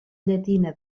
llatina